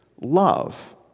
love